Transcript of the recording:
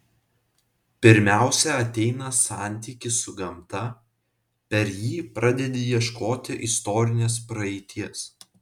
pirmiausia ateina santykis su gamta per jį pradedi ieškoti istorinės praeities